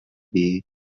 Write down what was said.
бий